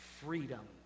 freedom